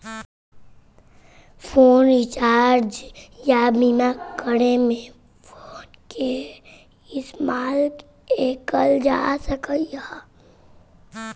phone recharge या बीमा करे में फोनपे के इस्तेमाल कएल जा सकलई ह